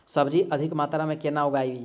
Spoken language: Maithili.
सब्जी अधिक मात्रा मे केना उगाबी?